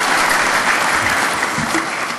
(מחיאות כפיים)